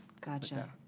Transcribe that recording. Gotcha